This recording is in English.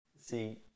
see